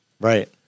Right